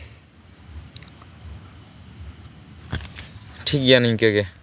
ᱴᱷᱤᱠᱜᱮᱭᱟ ᱱᱤᱝᱠᱟᱹ ᱜᱮ